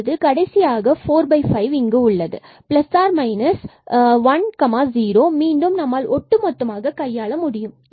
தற்பொழுது கடைசியாக ⅘ இங்கு உள்ளது ±10 மீண்டும் நம்மால் ஒட்டுமொத்தமாக கையாள முடியும்